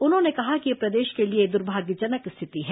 उन्होंने कहा कि यह प्रदेश के लिए दुर्भाग्यजनक स्थिति है